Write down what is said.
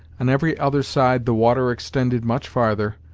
on every other side the water extended much farther,